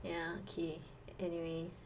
ya okay anyways